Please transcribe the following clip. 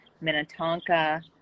Minnetonka